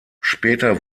später